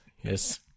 yes